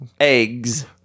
eggs